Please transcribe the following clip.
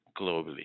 globally